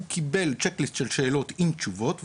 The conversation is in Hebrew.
הוא קיבל check list של שאלות עם תשובות,